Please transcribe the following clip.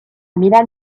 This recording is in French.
milan